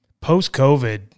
post-COVID